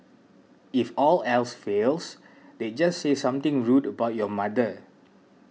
if all else fails they'd just say something rude about your mother